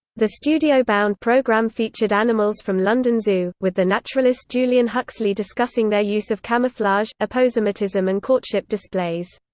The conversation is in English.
the studio-bound programme featured animals from london zoo, with the naturalist julian huxley discussing their use of camouflage, aposematism and courtship displays.